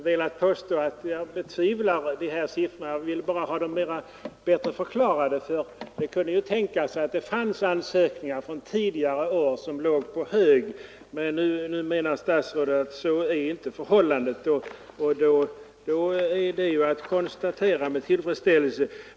Herr talman! Jag har inte velat påstå att jag betvivlar siffrorna. Jag vill bara ha dem bättre förklarade. Det kunde ju tänkas att det fanns ansökningar från tidigare år som låg på hög. Nu menar statsrådet att så är inte förhållandet, och det noterar jag i så fall med tillfredsställelse.